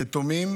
יתומים